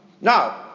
Now